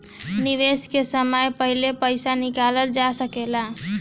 निवेश में से समय से पहले पईसा निकालल जा सेकला?